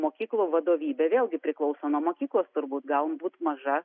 mokyklų vadovybė vėlgi priklauso nuo mokyklos turbūt galbūt maža